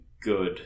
good